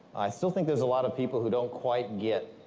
i still think there's lots of people who don't quite get.